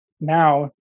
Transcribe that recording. now